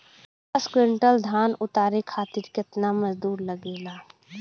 दस क्विंटल धान उतारे खातिर कितना मजदूरी लगे ला?